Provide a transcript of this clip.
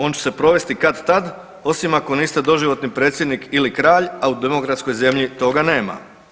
On će se provesti kad-tad osim ako niste doživotni predsjednik ili kralj, a u demokratskoj zemlji toga nema.